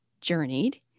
journeyed